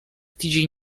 tydzień